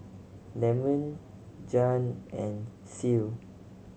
Lemon Jann and Ceil